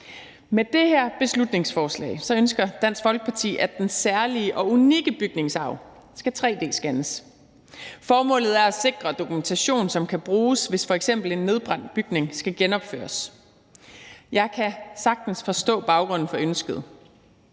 Med det her beslutningsforslag ønsker Dansk Folkeparti, at den særlige og unikke bygningsarv skal tre-d-scannes. Formålet er at sikre dokumentation, som kan bruges, hvis f.eks. en nedbrændt bygning skal genopføres. Jeg kan sagtens forstå baggrunden for ønsket.